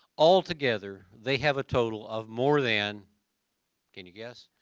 all together, they have a total of more than can you guess?